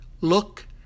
look